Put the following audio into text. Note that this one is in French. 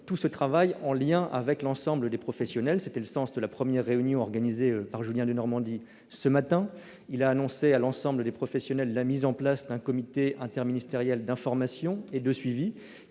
ce travail en lien avec l'ensemble des professionnels. Tel était le sens de cette première réunion organisée par Julien Denormandie ce matin. Le ministère de l'agriculture a annoncé la mise en place d'un comité interministériel d'information et de suivi,